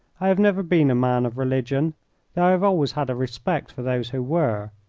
i have never been a man of religion, though i have always had a respect for those who were,